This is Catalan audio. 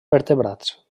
vertebrats